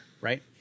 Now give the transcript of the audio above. right